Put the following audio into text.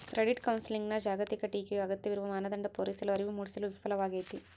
credit ಕೌನ್ಸೆಲಿಂಗ್ನ ಜಾಗತಿಕ ಟೀಕೆಯು ಅಗತ್ಯವಿರುವ ಮಾನದಂಡ ಪೂರೈಸಲು ಅರಿವು ಮೂಡಿಸಲು ವಿಫಲವಾಗೈತಿ